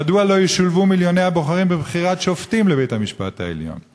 מדוע לא ישולבו מיליוני הבוחרים בבחירת שופטים לבית-המשפט העליון?